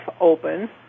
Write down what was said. open